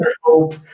hope